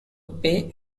pay